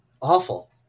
Awful